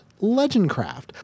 Legendcraft